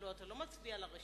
הרי אתה לא מצביע על הרשימה.